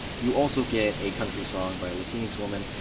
you also get a country song by a latinx woman,